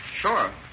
sure